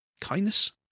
kindness